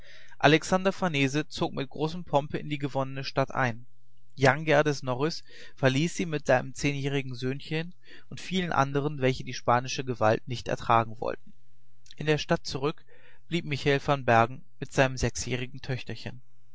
alexander farnese zog mit großem pomp in die gewonnene stadt ein jan geerdes norris verließ sie mit seinem zehnjährigen söhnlein und vielen andern welche die spanische gewalt nicht ertragen wollten in der stadt zurück blieb michael van bergen mit seinem sechsjährigen töchterchen